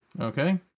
Okay